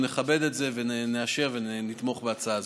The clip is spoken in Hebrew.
אנו נכבד את זה ונאשר ונתמוך בהצעה הזאת.